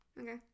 Okay